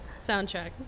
soundtrack